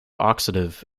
oxidative